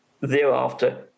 thereafter